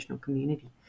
community